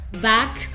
back